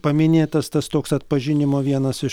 paminėtas tas toks atpažinimo vienas iš